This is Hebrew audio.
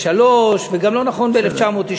ו-2003, וגם לא נכון ב-1993.